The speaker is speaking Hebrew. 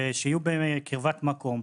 שיהיו בקרבת מקום,